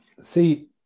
See